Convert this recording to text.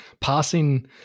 passing